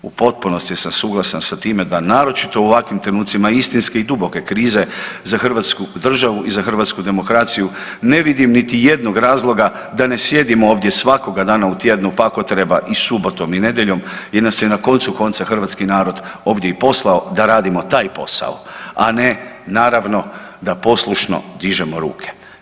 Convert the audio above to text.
U potpunosti sam suglasan sa time da naročito u ovakvim trenucima istinske i duboke krize za Hrvatsku državu i za hrvatsku demokraciju ne vidim niti jednog razloga da ne sjedimo ovdje svakoga dana u tjednu pa ako treba i subotom i nedjeljom jer nas je na koncu konca hrvatski narod ovdje i poslao da radimo taj posao, a ne naravno da poslušno dižemo ruke.